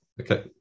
Okay